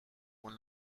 con